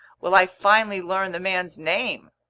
will i finally learn the man's name?